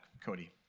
Cody